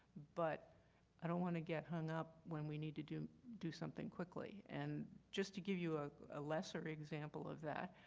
but i don't want to get hung up when we need to do do something quickly. and just to give you a ah lesser example of that,